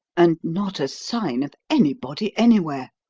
and not a sign of anybody anywhere.